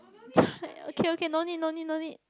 chi~ okay okay no need no need no need